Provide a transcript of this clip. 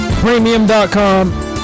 Premium.com